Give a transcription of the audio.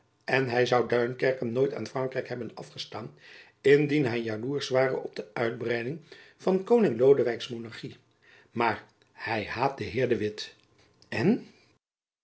en hy zoû duinkerken nooit aan frankrijk hebben afgestaan indien hy jaloersch ware op de uitbreiding van koning lodewijks monarchy maar hy haat den heer de witt en